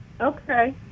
Okay